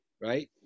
Right